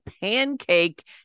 pancake